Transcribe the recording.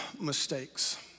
mistakes